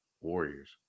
Warriors